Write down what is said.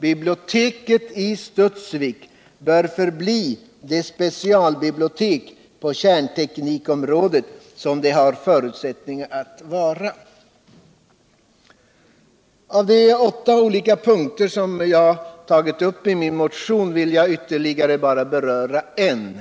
Biblioteket i Studsvik bör förbli det specialbibliotek på kärnteknikområdet som det har förutsättningar att vara. Av de åtta olika punkter som jag tog upp i min mowuon vill jag ytterligare bara beröra en.